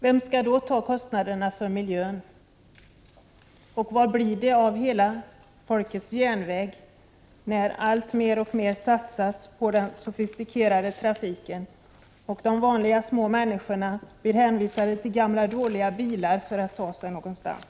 Vem skall då ta kostnaderna för miljön? Och vad blir det av hela folkets järnväg när alltmer satsas på den sofistikerade trafiken och de vanliga små människorna blir hänvisade till gamla dåliga bilar för att ta sig någonstans?